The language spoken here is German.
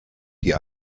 die